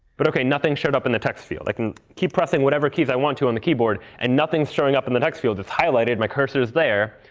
but ok, nothing showed up in the text field. i can keep pressing whatever keys i want to on the keyboard, and nothing's showing up in the text field. it's highlighted, my cursor is there.